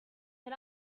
can